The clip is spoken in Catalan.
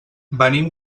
venim